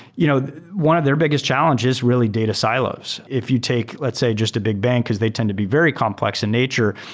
you know one of their biggest challenges, really, data silos. if you take let's say just a big bank because tend to be very complex in nature,